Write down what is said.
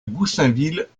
goussainville